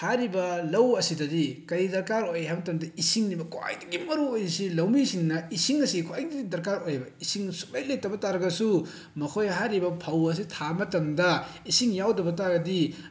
ꯍꯥꯏꯔꯤꯕ ꯂꯧ ꯑꯁꯤꯗꯗꯤ ꯀꯩ ꯗꯔꯀꯥꯔ ꯑꯣꯏ ꯍꯥꯏꯕ ꯃꯇꯝꯗ ꯏꯁꯤꯡꯅꯦꯕ ꯈ꯭ꯋꯥꯏꯗꯒꯤ ꯃꯔꯨ ꯑꯣꯏꯔꯤꯁꯦ ꯂꯧꯃꯤꯁꯤꯡꯅ ꯏꯁꯤꯡ ꯑꯁꯦ ꯈ꯭ꯋꯥꯏꯗꯒꯤ ꯗꯔꯀꯥꯔ ꯑꯣꯏꯋꯦꯕ ꯏꯁꯤꯡ ꯁꯨꯛꯂꯩ ꯂꯩꯇꯕ ꯇꯥꯔꯒꯁꯨ ꯃꯈꯣꯏ ꯍꯥꯏꯔꯤꯕ ꯐꯧ ꯑꯁꯤ ꯊꯥꯕ ꯃꯇꯝꯗ ꯏꯁꯤꯡ ꯌꯥꯎꯗꯕ ꯇꯥꯔꯗꯤ